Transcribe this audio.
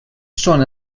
són